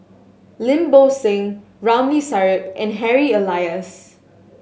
Lim Bo Seng Ramli Sarip and Harry Elias